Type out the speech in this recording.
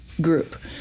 group